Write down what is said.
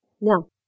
Now